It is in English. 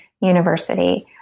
university